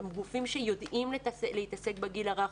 גופים שיודעים להתעסק בגיל הרך,